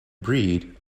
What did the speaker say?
breed